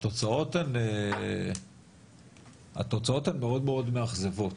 אבל התוצאות הן מאד מאד מאכזבות.